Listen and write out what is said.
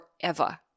forever